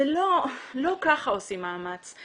לא ככה עושים מאמץ.